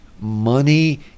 money